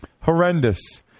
Horrendous